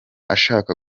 ashaka